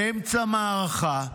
באמצע מערכה,